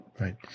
Right